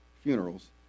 funerals